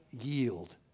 yield